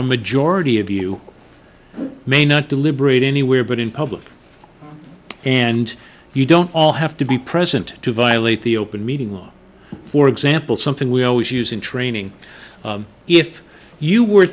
a majority of you may not deliberate anywhere but in public and you don't all have to be present to violate the open meeting law for example something we always use in training if you were